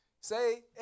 Say